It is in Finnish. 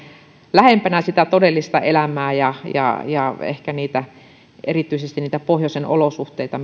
lähempänä sitä todellista elämää ja ja ehkä erityisesti niitä pohjoisen olosuhteita